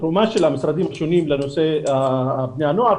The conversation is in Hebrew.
התרומה של המשרדים השונים לנושא בני הנוער.